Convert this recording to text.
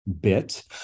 bit